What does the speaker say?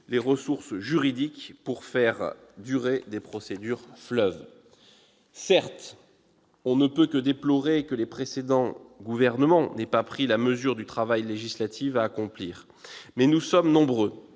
les ressources juridiques pour faire durer des procédures-fleuves. Certes, on ne peut que déplorer que les précédents gouvernements n'aient pas pris la mesure du travail législatif à accomplir. Mais nous sommes nombreux